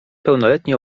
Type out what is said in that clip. pełnoletni